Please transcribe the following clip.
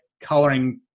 coloring